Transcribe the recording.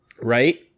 Right